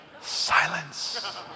Silence